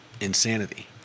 insanity